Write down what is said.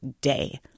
day